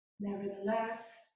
Nevertheless